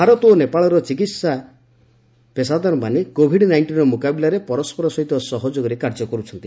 ଭାରତ ଓ ନେପାଳର ଚିକିତ୍ସା ପେଷାଦାରମାନେ କୋଭିଡ୍ ନାଇଷ୍ଟିନର ମୁକାବିଲାରେ ପରସ୍କର ସହିତ ସହଯୋଗରେ କାର୍ଯ୍ୟ କରୁଛନ୍ତି